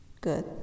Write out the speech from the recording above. good